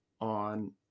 on